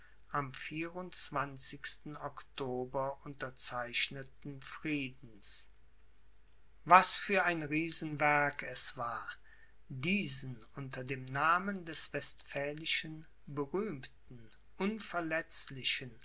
am vierundzwanzigsten october unterzeichneten friedens was für ein riesenwerk es war diesen unter dem namen des westphälischen berühmten unverletzlichen